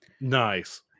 Nice